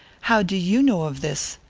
how do you know of this?